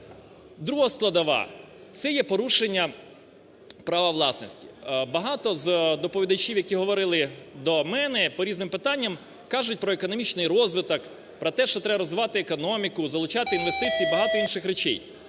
Друга складова – це є порушення права власності. Багато з доповідачів, які говорили до мене по різним питанням, кажуть про економічний розвиток, про те, що треба розвивати економіку, залучати інвестиції, багато інших речей.